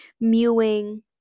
Mewing